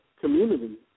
community